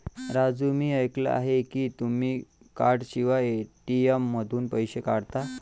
राजू मी ऐकले आहे की तुम्ही कार्डशिवाय ए.टी.एम मधून पैसे काढता